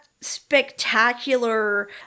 spectacular